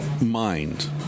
Mind